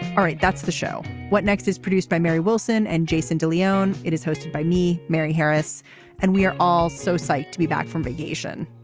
all right. that's the show. what next is produced by mary wilson and jason de leone. it is hosted by me mary harris and we are all so psyched to be back from vacation.